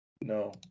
No